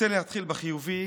אני רוצה להתחיל בחיובי,